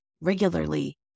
regularly